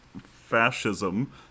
fascism